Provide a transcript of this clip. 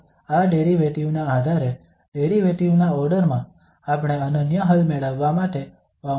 તો આ ડેરિવેટિવ ના આધારે ડેરિવેટિવ ના ઓર્ડર માં આપણે અનન્ય હલ મેળવવા માટે બાઉન્ડ્રી શરતો લખી છે